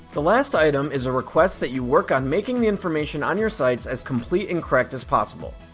the last item is a request that you work on making the information on your sites as complete and correct as possible.